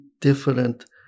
different